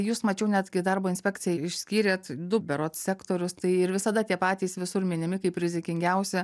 jūs mačiau net kai darbo inspekcijai išskyrėt du berods sektorius tai ir visada tie patys visur minimi kaip rizikingiausi